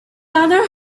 other